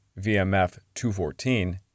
VMF-214